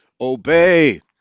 obey